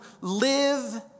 live